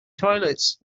toilets